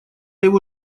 его